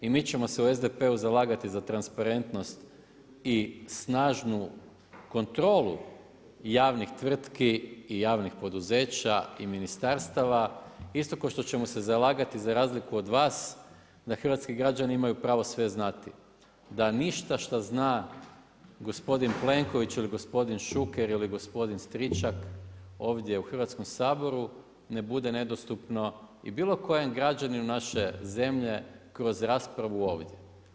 I mi ćemo se u SDP-u zalagati za transparentnost i snažnu kontrolu javnih tvrtki i javnih poduzeća i ministarstva isto kao što ćemo se zalagati za razliku od vas da hrvatski građani imaju pravo sve znati, da ništa šta zna gospodin Plenković ili gospodin Šuker ili gospodin Stričak ovdje u Hrvatskom saboru, ne bude nedostupno i bilo kojem građaninu naše zemlje kroz raspravu ovdje.